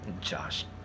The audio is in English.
Josh